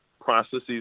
Processes